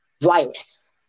virus